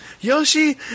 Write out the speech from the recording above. Yoshi